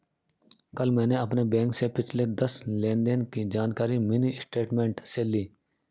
कल मैंने अपने बैंक से पिछले दस लेनदेन की जानकारी मिनी स्टेटमेंट से ली